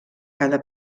cada